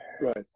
right